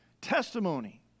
testimony